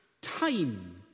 time